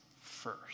first